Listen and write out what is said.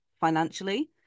financially